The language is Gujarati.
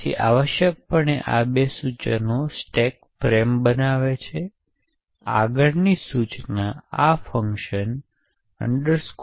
તેથી આવશ્યકપણે આ બે સૂચનો સ્ટેક ફ્રેમ બનાવે છે આગળની સૂચના આ ફંકશન X86